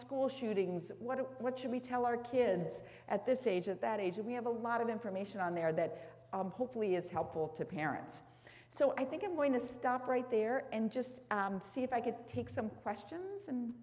school shootings what it what should we tell our kids at this age at that age that we have a lot of information on there that hopefully is helpful to parents so i think i'm going to stop right there and just see if i can take some questions and